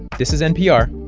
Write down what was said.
this is npr.